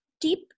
deep